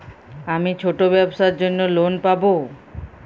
আমি ছোট ব্যবসার জন্য লোন পাব?